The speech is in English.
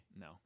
No